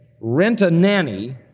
rent-a-nanny